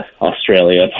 Australia